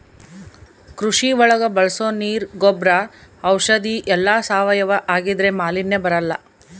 ಕೃಷಿ ಒಳಗ ಬಳಸೋ ನೀರ್ ಗೊಬ್ರ ಔಷಧಿ ಎಲ್ಲ ಸಾವಯವ ಆಗಿದ್ರೆ ಮಾಲಿನ್ಯ ಬರಲ್ಲ